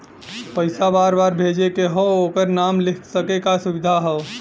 पइसा बार बार भेजे के हौ ओकर नाम लिख सके क सुविधा हौ